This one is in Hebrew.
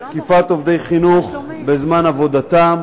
תקיפת עובדי חינוך בזמן עבודתם